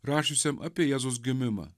rašiusiam apie jėzaus gimimą